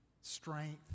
strength